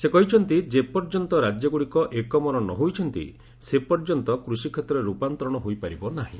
ସେ କହିଛନ୍ତି ଯେପର୍ଯ୍ୟନ୍ତ ରାଜ୍ୟଗୁଡ଼ିକ ଏକ ମନ ନ ହୋଇଛନ୍ତି ସେ ପର୍ଯ୍ୟନ୍ତ କୃଷିକ୍ଷେତ୍ରରେ ରୂପାନ୍ତରଣ ହୋଇପାରିବ ନାହିଁ